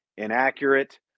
inaccurate